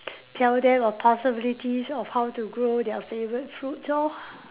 tell them the possibilities of how to grow their favourite fruits lor